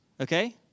Okay